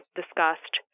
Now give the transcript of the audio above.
discussed